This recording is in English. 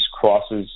crosses